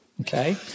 okay